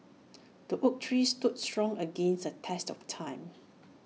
the oak tree stood strong against the test of time